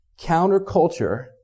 counterculture